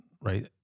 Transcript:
right